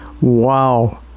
Wow